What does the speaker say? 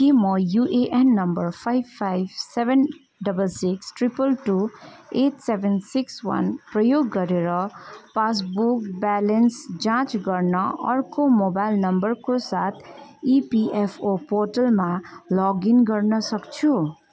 के म UAN number five five seven double six triple two eight seven six one प्रयोग गरेर passbook balance जाँच गर्न अर्को मोबाइल नम्बरको साथ इपिएफओ पोर्टलमा लगइन गर्न सक्छु